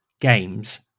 games